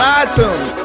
itunes